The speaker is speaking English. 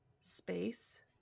space